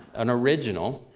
an original!